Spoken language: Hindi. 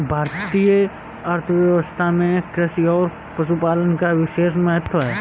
भारतीय अर्थव्यवस्था में कृषि और पशुपालन का विशेष महत्त्व है